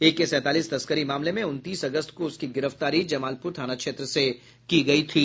एके सैंतालीस तस्करी मामले में उनतीस अगस्त को उसकी गिरफ्तारी जमालपुर थाना क्षेत्र से की गयी थी